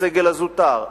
הסגל הזוטר,